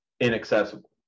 inaccessible